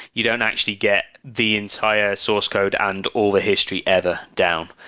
you don't actually get the entire source code and all the history ever down,